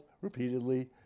repeatedly